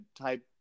type